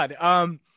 God